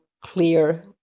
clear